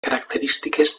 característiques